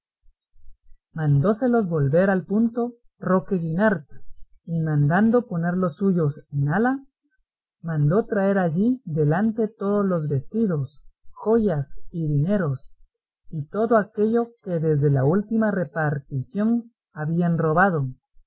mandóselos volver al punto roque guinart y mandando poner los suyos en ala mandó traer allí delante todos los vestidos joyas y dineros y todo aquello que desde la última repartición habían robado